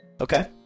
okay